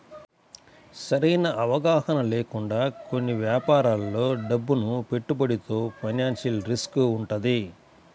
సరైన అవగాహన లేకుండా కొన్ని యాపారాల్లో డబ్బును పెట్టుబడితో ఫైనాన్షియల్ రిస్క్ వుంటది